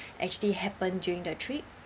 actually happened during the trip